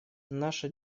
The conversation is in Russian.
наша